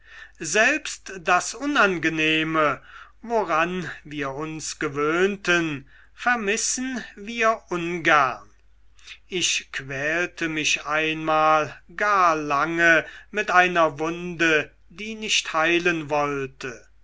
selbst das unangenehme woran wir uns gewöhnten vermissen wir ungern ich quälte mich einmal gar lange mit einer wunde die nicht heilen wollte